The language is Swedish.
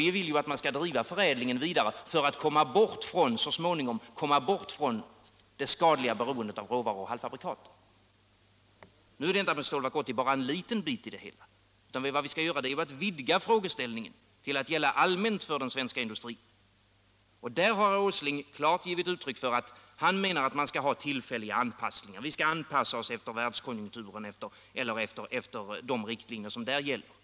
Vi vill att man skall driva förädlingen vidare för att så småningom komma bort från det skadliga beroendet av råvaror och halvfabrikat. Nu är detta med Stålverk 80 bara en liten bit i det hela. Vad vi skall göra är att vidga frågeställningen till att gälla allmänt för den svenska industrin. Där har herr Åsling klart givit uttryck för att han menar att man skall ha tillfällig anpassning, vi skall anpassa oss efter världskonjunkturen eller efter de riktlinjer som gäller där.